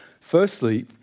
Firstly